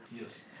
Yes